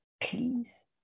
please